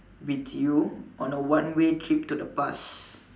with you on a one way trip to the past